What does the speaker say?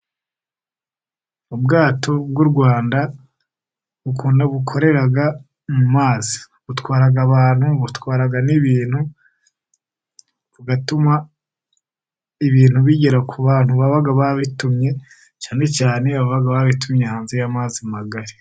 Ubwato bw'u Rwanda bukunda bukorera mu mazi. Butwara abantu, butwara n'ibintu bugatuma ibintu bigera ku bantu baba babitumye cyane cyane ababa baratumye hanze y'amazi magari.